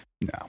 No